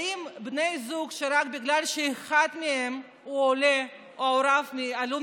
האם בני זוג שרק בגלל שאחד מהם הוא עולה או הוריו עלו